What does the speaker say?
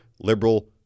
liberal